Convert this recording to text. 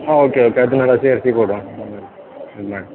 ಹಾಂ okay okay ಅದನ್ನೆಲ್ಲ ಸೇರಿಸಿ ಕೊಡುವ